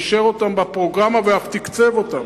אישר בפרוגרמה ואף תקצב אותן,